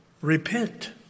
repent